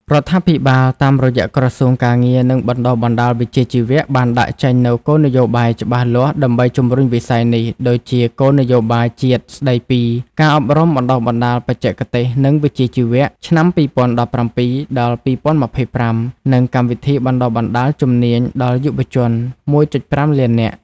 រដ្ឋាភិបាលតាមរយៈក្រសួងការងារ និងបណ្តុះបណ្តាលវិជ្ជាជីវៈ បានដាក់ចេញនូវគោលនយោបាយច្បាស់លាស់ដើម្បីជំរុញវិស័យនេះ ដូចជាគោលនយោបាយជាតិស្តីពី ការអប់រំបណ្តុះបណ្តាលបច្ចេកទេស និងវិជ្ជាជីវៈ ឆ្នាំ២០១៧-២០២៥ និងកម្មវិធីបណ្តុះបណ្តាលជំនាញដល់យុវជន ១.៥ លាននាក់។